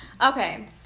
Okay